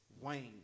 Wayne